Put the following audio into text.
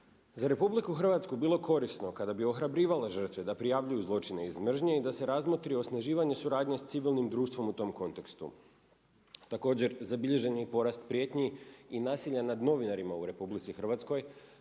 za Republiku Hrvatsku bilo korisno kada bi ohrabrivali žrtve da prijavljuju zločine iz mržnje i da se razmotri osnaživanje suradnje sa civilnim društvom u tom kontekstu.“. Također zabilježen je i porast prijetnji i nasilja nad novinarima u RH zbog čega